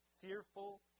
fearful